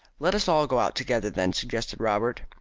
let us all go out together then, suggested robert.